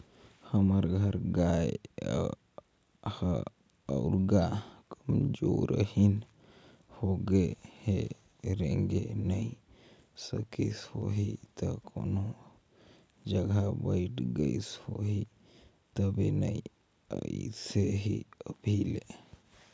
हमर घर गाय ह आरुग कमजोरहिन होगें हे रेंगे नइ सकिस होहि त कोनो जघा बइठ गईस होही तबे नइ अइसे हे अभी ले